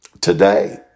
today